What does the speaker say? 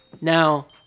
Now